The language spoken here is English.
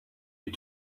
you